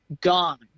gone